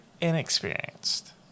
inexperienced